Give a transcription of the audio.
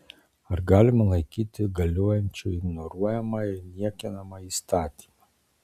ar galima laikyti galiojančiu ignoruojamą ir niekinamą įstatymą